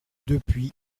depuis